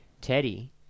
Teddy